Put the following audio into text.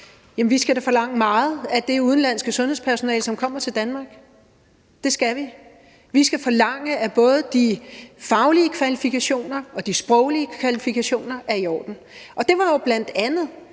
Vi skal forlange meget af det udenlandske sundhedspersonale, som kommer til Danmark. Det skal vi. Vi skal forlange, at både de faglige kvalifikationer og de sproglige kvalifikationer er i orden. Det var jo bl.a.